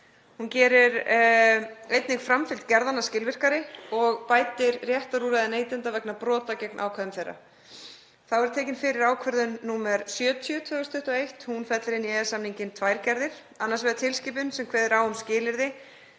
Hún gerir einnig framfylgd gerðanna skilvirkari og bætir réttarúrræði neytenda vegna brota gegn ákvæðum þeirra. Þá er tekin fyrir ákvörðun nr. 70/2021. Hún fellir inn í EES-samninginn tvær gerðir. Annars vegar tilskipun sem kveður á um skilyrði